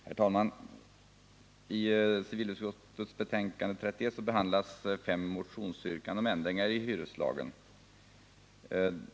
Herr talman! I civilutskottets betänkande nr 31 behandlas fem motionsyrkanden om ändringar i hyreslagen.